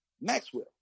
Maxwell